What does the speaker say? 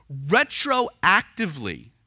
retroactively